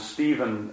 Stephen